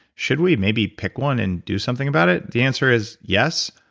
should we maybe pick one and do something about it? the answer is yes.